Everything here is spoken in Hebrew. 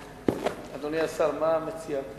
אדוני השר, מה אתה מציע?